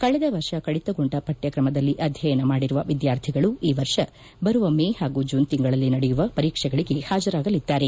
ಕಳೆದ ವರ್ಷ ಕಡಿತಗೊಂಡ ಪಠ್ಕಕಮದಲ್ಲಿ ಆಧ್ಯಯನ ಮಾಡಿರುವ ವಿದ್ಕಾರ್ಥಿಗಳು ಈ ವರ್ಷ ಬರುವ ಮೇ ಪಾಗೂ ಜೂನ್ ತಿಂಗಳಲ್ಲಿ ನಡೆಯುವ ಪರೀಕ್ಷೆಗಳಿಗೆ ಪಾಜರಾಗಲಿದ್ದಾರೆ